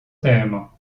tema